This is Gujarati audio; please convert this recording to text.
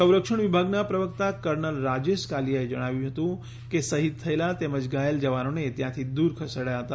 સંરક્ષણ વિભાગનાં પ્રવક્તા કર્નલ રાજેશ કાલીયાએ જણાવ્યું હતું કે શહિદ થયેલાં તેમજ ઘાયલ જવાનોને ત્યાંથી દૂર ખસેડાયા હતા